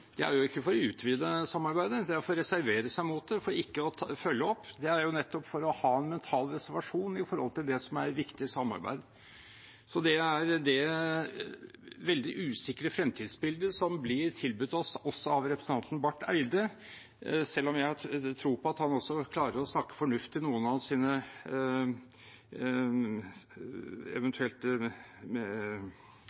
er jo ikke for å utvide samarbeidet. Det er for å reservere seg mot det, for ikke å følge opp. Det er nettopp for å ha en mental reservasjon overfor det som er et viktig samarbeid. Det er det veldig usikre fremtidsbildet som blir tilbudt oss, også av representanten Barth Eide, selv om jeg har tro på at han også klarer å snakke fornuft til noen av sine